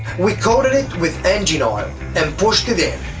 we coated it with engine oil and pushed it in,